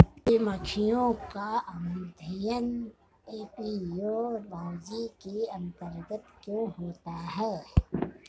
मधुमक्खियों का अध्ययन एपियोलॉजी के अंतर्गत क्यों होता है?